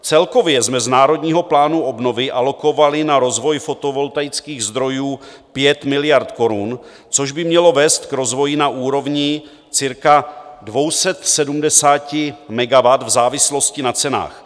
Celkově jsme z Národního plánu obnovy alokovali na rozvoj fotovoltaických zdrojů 5 miliard korun, což by mělo vést k rozvoji na úrovni cirka 270 megawatt v závislosti na cenách.